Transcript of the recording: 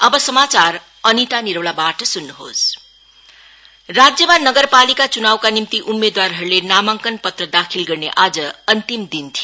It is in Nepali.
नोमिनेशन राज्यमा नगरपालिका चुनावका निम्ति उम्मेदवारहरूले नामांकन पत्र दाखिल गर्ने आज अन्तिम दिन थियो